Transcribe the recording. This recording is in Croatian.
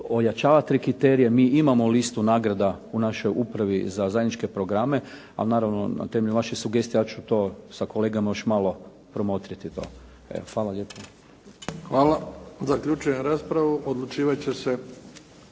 ojačavati te kriterije. Mi imamo listu nagrada u našoj Upravi za zajedničke programe. Ali naravno na temelju vaših sugestija ja ću to sa kolegama još malo promotriti to. Evo hvala lijepo. **Bebić, Luka (HDZ)** Hvala. Zaključujem raspravu. Odlučivat će se